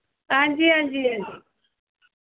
हां जी हां जी हां जी